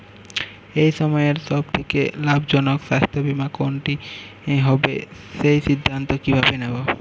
এই সময়ের সব থেকে লাভজনক স্বাস্থ্য বীমা কোনটি হবে সেই সিদ্ধান্ত কীভাবে নেব?